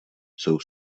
jsou